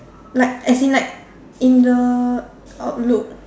like as in like in the outlook